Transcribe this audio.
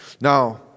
Now